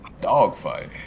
dogfight